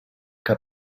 que